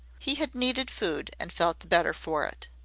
he had needed food and felt the better for it.